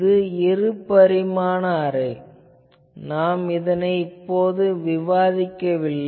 இது இரு பரிமாண அரே இதனை நாம் அப்போது விவாதிக்கவில்லை